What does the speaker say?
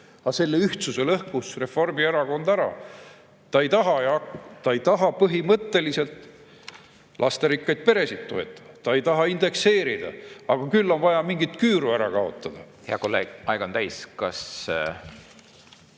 selle ühtsuse lõhkus Reformierakond ära. Ta ei taha põhimõtteliselt lasterikkaid peresid toetada, ta ei taha indekseerida, aga küll on vaja mingit küüru ära kaotada. Hea kolleeg, aeg on täis. Kas